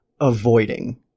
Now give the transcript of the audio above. avoiding